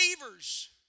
believers